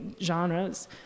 genres